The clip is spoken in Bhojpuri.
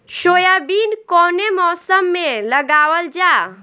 सोयाबीन कौने मौसम में लगावल जा?